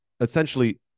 essentially